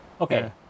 okay